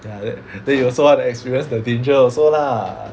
ya then then you also want to experience the danger also lah